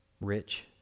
rich